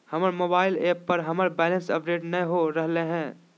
हमर mobile app पर हमर बैलेंस अपडेट नय हो रहलय हें